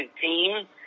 team